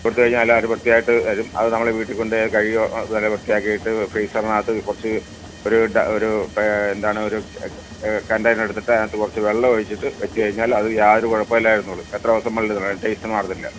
കൊടുത്തുകഴിഞ്ഞാൽ അവർ വൃത്തിയായിട്ട് തരും അത് നമ്മൾ വീട്ടിൽ കൊണ്ടുപോയി കഴുകി നല്ല വൃത്തിയാക്കിയിട്ട് ഫ്രീസറിനകത്ത് കുറച്ച് ഒരു ട ഒരു എന്താണ് ഒരു കണ്ടെയിനർ എടുത്തിട്ട് അതിനകത്ത് കുറച്ച് വെള്ളം ഒഴിച്ചിട്ട് വെച്ച് കഴിഞ്ഞാൽ അതിന് യാതൊരു കുഴപ്പവും ഇല്ലാതെ ഇരുന്നോളും എത്ര ദിവസം വേണമെങ്കിലും ടേസ്റ്റ് മാറില്ല